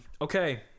Okay